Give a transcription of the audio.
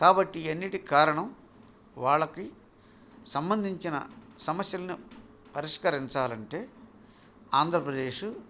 కాబట్టి ఈ అన్నింటికీ కారణం వాళ్ళకి సంబంధించిన సమస్యలను పరిష్కరించాలంటే ఆంధ్రప్రదేశ్